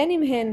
בין אם הן